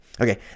Okay